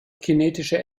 kinetische